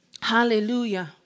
Hallelujah